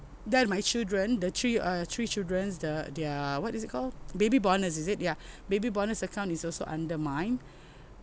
then my children the three uh three childrens the their what is it call baby bonus is it ya baby bonus account is also under mine